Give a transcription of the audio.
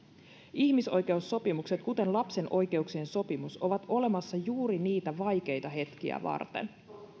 ihmisoikeussopimukset kuten lapsen oikeuksien sopimus ovat olemassa juuri niitä vaikeita hetkiä varten